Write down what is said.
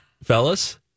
Fellas